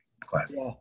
classic